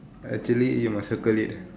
actually you must circle it